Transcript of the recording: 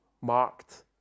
marked